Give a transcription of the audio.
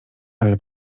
ale